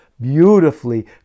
beautifully